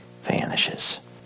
vanishes